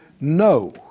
No